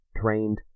trained